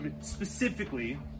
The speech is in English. specifically